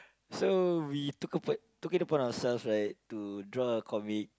so we took it took it upon ourselves right to draw a comic